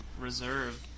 reserve